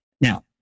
Now